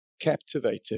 captivated